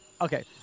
okay